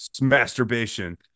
masturbation